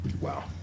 Wow